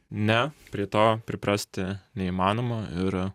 ne prie to priprasti neįmanoma ir